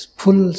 full